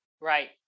Right